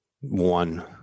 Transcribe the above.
One